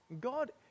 God